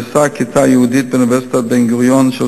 גויסה כיתה ייעודית באוניברסיטת בן-גוריון של